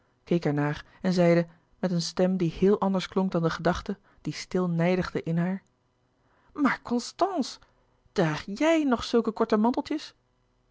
naar en zeide met een stem die heel anders klonk dan de gedachte die stil nijdigde in haar maar constance draag j i j nog zulke korte manteltjes